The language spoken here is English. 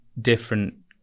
different